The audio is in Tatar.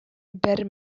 бер